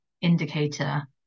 indicator